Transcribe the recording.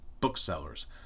booksellers